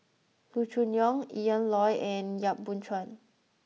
Loo Choon Yong Ian Loy and Yap Boon Chuan